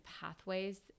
pathways